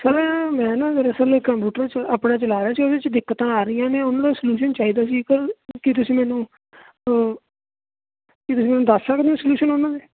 sir ਮੈਂ ਨਾ ਦਰਅਸਲ ਕੰਪਿਊਟਰ 'ਚ ਆਪਣਾ ਚਲਾਇਆ ਸੀ ਉਹਦੇ 'ਚ ਦਿੱਕਤਾਂ ਆ ਰਹੀਆਂ ਨੇ ਉਨ੍ਹਾਂ ਦਾ ਸਲਿਊਸ਼ਨ ਚਾਹੀਦਾ ਸੀ ਸਰ ਕੀ ਤੁਸੀਂ ਮੈਨੂੰ ਕੀ ਤੁਸੀਂ ਮੈਨੂੰ ਦੱਸ ਸਕਦੇ ਹੋ ਸਲਿਊਸ਼ਨ ਉਨ੍ਹਾਂ ਦੇ